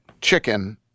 Chicken